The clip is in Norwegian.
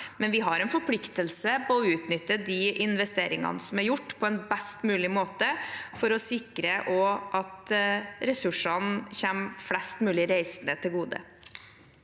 men vi har en forpliktelse til å utnytte de investeringene som er gjort, på en best mulig måte, for å sikre at ressursene kommer flest mulig reisende til gode.